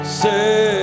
say